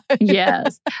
Yes